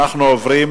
אנחנו עוברים